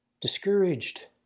discouraged